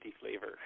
flavor